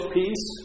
peace